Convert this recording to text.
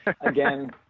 Again